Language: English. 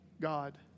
God